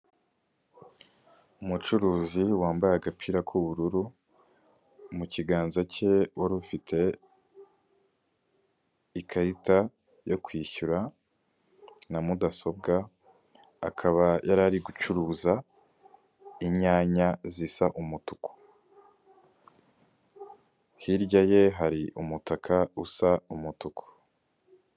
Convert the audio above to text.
Umucuruzi wambaye agapira k'ubururu mu kiganza cye wari ufite ikarita yo kwishyura na mudasobwa akaba yariya inyanya zisa umutuku hirya ye hari umutaka usa umutuku.